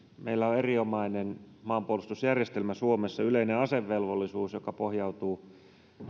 meillä on erinomainen maanpuolustusjärjestelmä suomessa yleinen asevelvollisuus joka pohjautuu